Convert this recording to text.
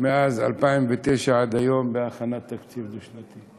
מאז 2009 ועד היום בהכנת תקציב דו-שנתי.